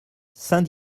saint